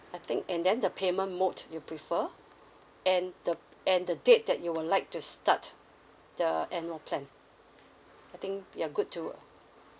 I think and then the payment mode you prefer and the and the date that you would like to start the annual plan I think you're good to